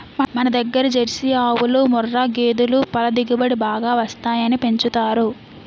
మనదగ్గర జెర్సీ ఆవులు, ముఱ్ఱా గేదులు పల దిగుబడి బాగా వస్తాయని పెంచుతారు